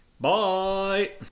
Bye